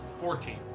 Fourteen